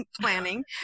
Planning